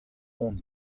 hon